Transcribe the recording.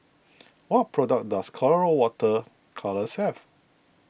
what products does Colora Water Colours have